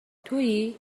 توئی